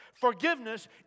Forgiveness